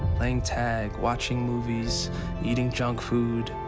playing tag watching movies eating junk food